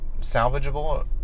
salvageable